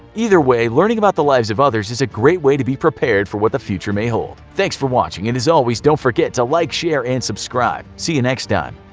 either way, learning about the lives of others is a great way to be prepared for what the future may hold. thanks for watching, and, as always, don't forget to like, share, and subscribe. see you next time!